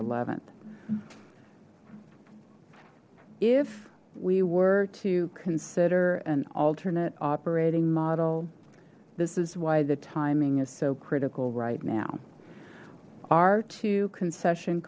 th if we were to consider an alternate operating model this is why the timing is so critical right now our two concession